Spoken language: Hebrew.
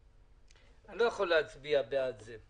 אני לא להצביע בעד זה.